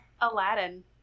Aladdin